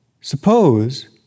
suppose